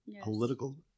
political